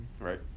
right